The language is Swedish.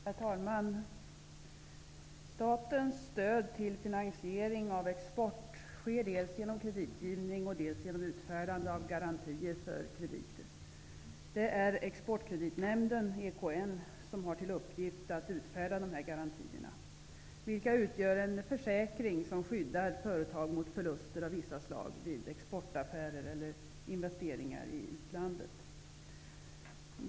Herr talman! Statens stöd till finansiering av export sker dels genom kreditgivning, dels genom utfärdande av garantier för krediter. Det är Exportkreditnämnden, EKN, som har till uppgift att utfärda dessa garantier, vilka utgör en försäkring som skyddar företag mot förluster av vissa slag vid exportaffärer eller investeringar i utlandet.